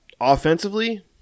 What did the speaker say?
offensively